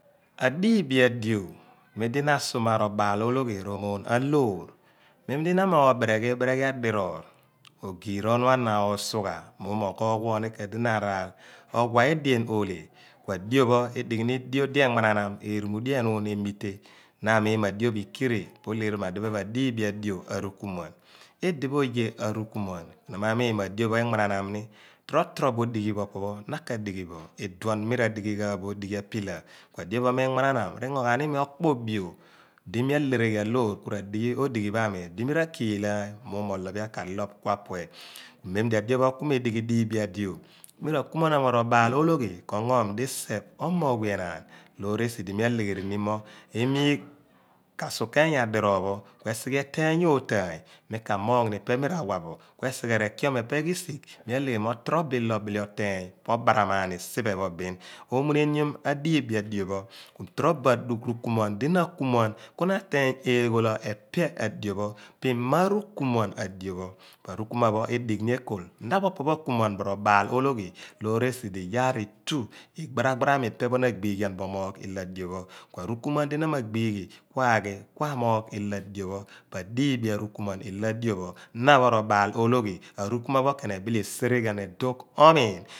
Adiibi adio mem di na a suma robaal ologhi r'omoon na loor mendi na roberighi ibereghi adiroor rogira onua na roo sugha mo oghoogh pho ni kuidi na araal kua dio pho adighi ni dio di ekpanam adio di erumudio enuum emite na a miin mo adio pho ikire pho adiphe pho adiibi adio arukumuan. idipho oye arukumuan na m miin mo adio pho ekpananam ni tro tro bo dighi adio pho opo̱ pho̱ na ka di̱ghi̱ bo idipho mi radighi ghaan bo pillar, adio pho mekpananam r'ingo ghan imi akpo obiom di mia hereghian loor kura dighi ghan odighi pho ami bin mirakiilaan mumo olaphia ka loph apue odighi pho ami mendi adio pho kume dighi diibi adio rokumanaan ro baatologhi kongoom disoph omoogh weh enaan loor esi di mi aleegherini mo emiigh ka sokeey adiroogh pho kue sighe eteeyn otaany mika muugh ni i pe mira wabo̱ kue re kion epe risigh mi ahegherini mo tro bo ilo obile oteeny obaram maani siphe pho bin omunenion adiibi a dio pho tro a rukumuan di na akumuan ku meteeny eeghola epe adio pho pho ima aru kumuan adio pho edigh ni ekolor na pho opopho akumuan bo robaal ologhi loor esidi iyaar itu igbarabami i pe pho na agbiighan bo omoogh ilo adio pho ku arukunuan di na ma agbiighi kua ghi omoogh ilo adio pho po adiibi arukumuan i lo adio pho na pho ro baal ologhi arukumuan pho emaar esereghian edugh omiin.